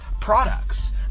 products